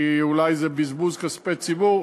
כי אולי זה בזבוז כספי ציבור.